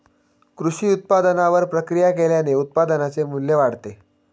कृषी उत्पादनावर प्रक्रिया केल्याने उत्पादनाचे मू्ल्य वाढते